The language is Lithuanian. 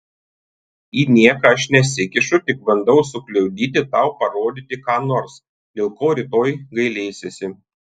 į nieką aš nesikišu tik bandau sukliudyti tau pasakyti ką nors dėl ko rytoj gailėsiesi